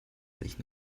sich